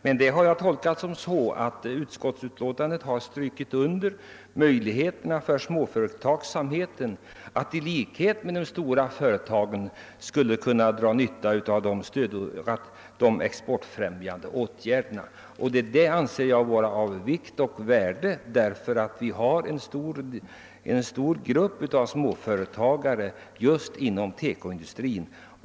Jag har emellertid tolkat det så, att utskottet har strukit under möjligheterna för småföretag att i likhet med stora företag dra nytta av de exportfrämjande åtgärderna. Det anser jag vara av vikt och värde, eftersom vi har en stor grupp småföretagare just inom TEKO-industrin.